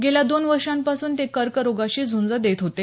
गेल्या दोन वर्षांपासून ते कर्करोगाशी झंज देत होते